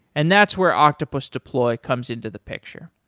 and that's where octopus deploy comes into the picture.